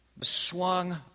swung